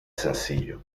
sencillo